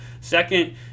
Second